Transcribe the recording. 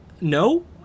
No